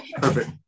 perfect